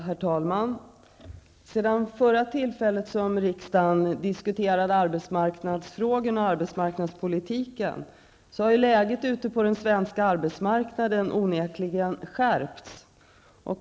Herr talman! Sedan förra tillfället då riksdagen debatterade arbetsmarknadsfrågorna och arbetsmarknadspolitiken har läget på den svenska arbetsmarknaden onekligen skärpts.